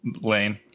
lane